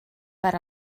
per